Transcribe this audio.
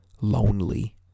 lonely